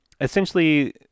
essentially